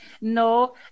No